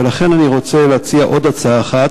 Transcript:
ולכן אני רוצה להציע עוד הצעה אחת.